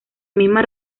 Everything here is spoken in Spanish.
mismas